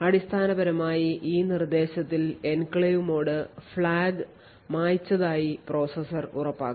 അടിസ്ഥാനപരമായി ഈ നിർദ്ദേശത്തിൽ എൻക്ലേവ് മോഡ് ഫ്ലാഗ് മായ്ച്ചതായി പ്രോസസർ ഉറപ്പാക്കും